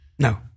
No